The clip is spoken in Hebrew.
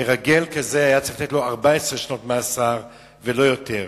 מרגל כזה היה צריך לתת לו 14 שנות מאסר ולא יותר.